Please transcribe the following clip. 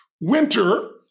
winter